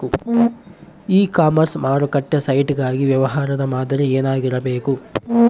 E commerce ಮಾರುಕಟ್ಟೆ site ಗಾಗಿ ವ್ಯವಹಾರ ಮಾದರಿ ಏನಾಗಿರಬೇಕು?